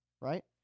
right